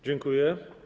Dziękuję.